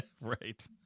Right